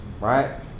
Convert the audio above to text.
right